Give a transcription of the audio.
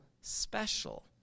special